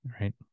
right